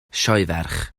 sioeferch